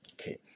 Okay